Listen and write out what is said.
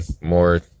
more